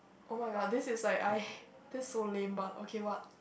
oh-my-god this is like I this is so lame but okay what